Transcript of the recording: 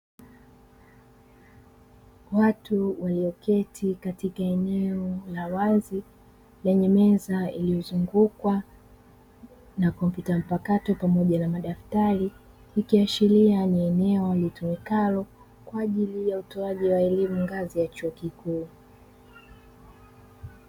Watu walioketi katika eneo la wazi lenye meza iliyozungukwa na kompyuta mpakato pamoja na madaftari , ikiashiria ni eneo litumikalo kwa ajili ya utoaji elimu ngazi ya chuo kikuu.